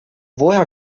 woher